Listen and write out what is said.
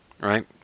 right